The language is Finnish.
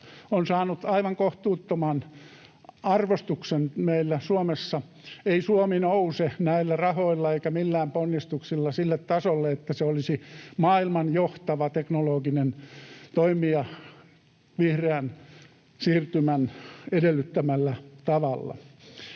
on saanut aivan kohtuuttoman arvostuksen meillä Suomessa. Ei Suomi nouse näillä rahoilla eikä millään ponnistuksilla sille tasolle, että se olisi maailman johtava teknologinen toimija vihreän siirtymän edellyttämällä tavalla.